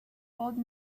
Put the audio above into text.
old